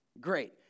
great